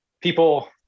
People